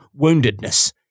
woundedness